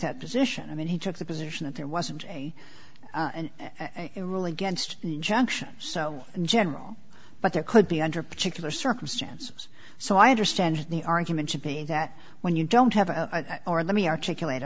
that position i mean he took the position that there wasn't a rule against injunction so in general but there could be under particular circumstances so i understand the argument to be that when you don't have a or let me articulate